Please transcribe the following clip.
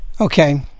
Okay